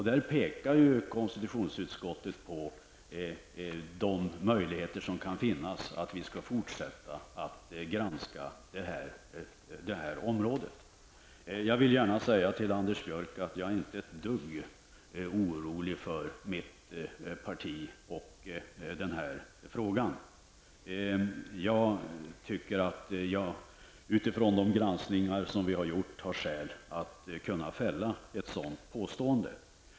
Där pekar konstitutionsutskottet på möjligheter som kan finnas att fortsätta att granska denna sak. Jag vill gärna säga till Anders Björck att jag inte är ett dugg orolig för mitt parti när det gäller den här frågan. Jag tycker att jag utifrån den granskning har gjort har skäl att fälla ett sådant påstående.